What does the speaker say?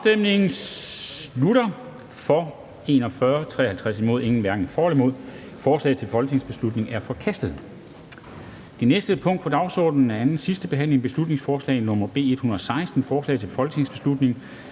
hverken for eller imod stemte 0. Forslaget til folketingsbeslutning er forkastet. --- Det næste punkt på dagsordenen er: 9) 2. (sidste) behandling af beslutningsforslag nr. B 116: Forslag til folketingsbeslutning